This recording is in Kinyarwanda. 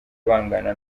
bangana